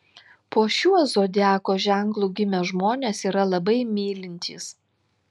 po šiuo zodiako ženklu gimę žmonės yra labai mylintys